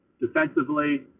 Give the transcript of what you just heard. defensively